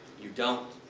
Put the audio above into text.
you don't.